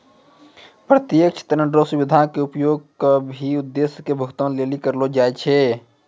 प्रत्यक्ष ऋण रो सुविधा के उपयोग कोय भी उद्देश्य के भुगतान लेली करलो जाय छै